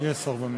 יש שר במליאה.